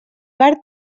bar